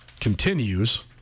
continues